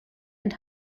and